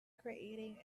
creating